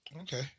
Okay